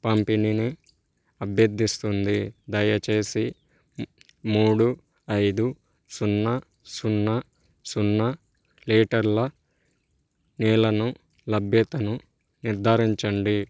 పంపిణీని అభ్యర్థిస్తుంది దయచేసి మూడు ఐదు సున్నా సున్నా సున్నా లీటర్ల నీళ్ళను లభ్యతను నిర్ధారించండి